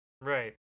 Right